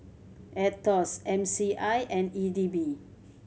Aetos M C I and E D B